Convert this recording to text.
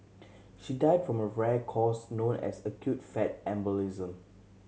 she died from a rare cause known as acute fat embolism